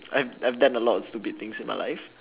I've I've done a lot of stupid things in my life